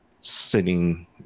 sitting